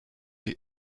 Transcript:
jej